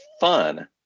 fun